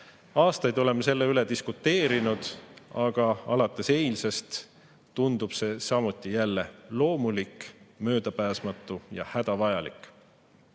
Aastaid oleme selle üle diskuteerinud, aga alates eilsest tundub see samuti loomulik, möödapääsmatu ja hädavajalik.